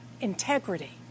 integrity